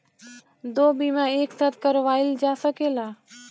दो बीमा एक साथ करवाईल जा सकेला?